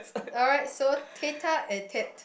alright so tete-a-tete